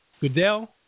Goodell